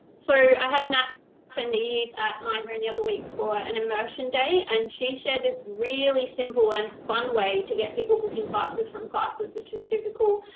so, i had nat send these at my and home and the other week for an immersion day, and she shared this really simple and fun way to get people booking classes from classes, which is super cool.